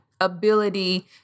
ability